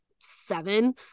seven